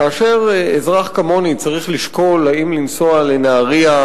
כאשר אזרח כמוני צריך לשקול אם לנסוע לנהרייה